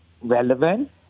relevant